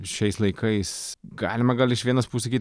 šiais laikais galima gal iš vienos pusės sakyt